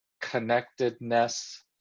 connectedness